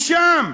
משם.